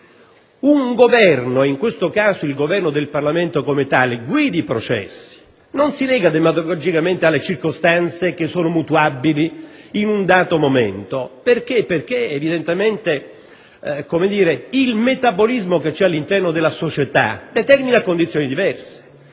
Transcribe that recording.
Un Governo (in questo caso il Governo e il Parlamento) guida i processi, non si lega demagogicamente alle circostanze che sono mutuabili in un dato momento. Perché? Perché evidentemente il metabolismo che c'è all'interno della società determina condizioni diverse